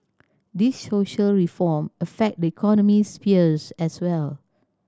these social reform affect the economic spheres as well